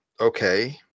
okay